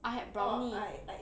I had brownie